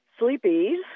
sleepies